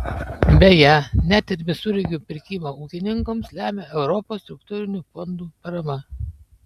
beje net ir visureigių pirkimą ūkininkams lemia europos struktūrinių fondų parama